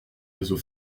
réseau